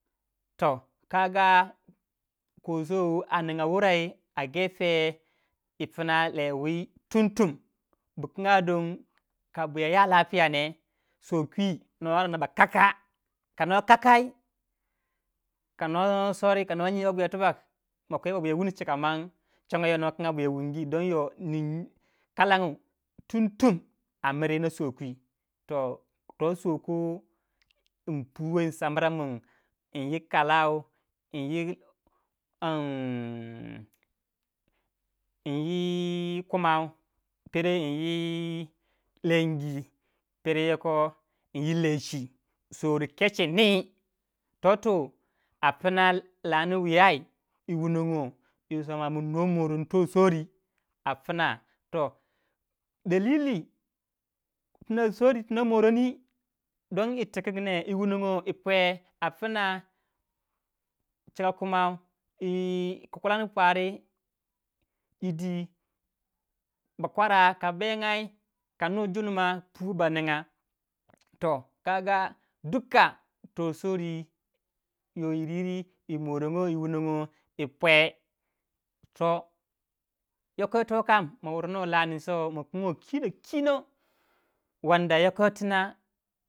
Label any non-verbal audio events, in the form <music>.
Toh kaga koh souw a ninga wurei a tuntun yi puna lei whi. tum- tum bukunga don ka buya ya lafiya neh souw kwi noh ba anda noh ba kakah. kanoh kakai. kanoh souri. konoh nyi babuya tibak, ma kwei babuya wuni tubak chika chonyo youw no kinya buya wungi don yoh ni kalangu tum tum a miri nah souw kwi. toh toh souw ku in puwei in sombra min in yi kalau, <hesitation> in yi kumau pereh yoko inyi lengyi. pere yoko inyi lechi sori kaci ni nii toh tu a puna landi wuyay i wu nongo yi suma min no moron to sowri a puna akoma souri tu no <unintelligible> iri tikingi neh yi pwe a puna chika kumau yi kuklan pwari. bakwara ka bengay ka nu jun ma puwai ba ninga toh kaga duka toh souri yiryiri yi pwe toh yoko yito ma woronnoh landi ma kingoi kinokinou wanda yoko yitina.